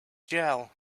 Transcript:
jell